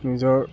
নিজৰ